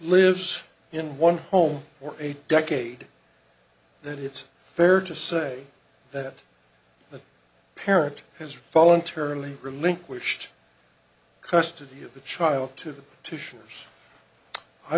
lives in one home or a decade that it's fair to say that the parent has voluntarily relinquished custody of the child to the two